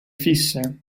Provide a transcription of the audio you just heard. fisse